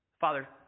Father